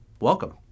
Welcome